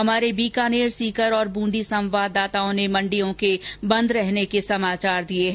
हमारे बीकानेर सीकर और बूंदी संवाददाताओं ने मंडियों के बंद रहने के समाचार दिए हैं